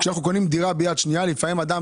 לפעמים אדם